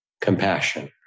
compassion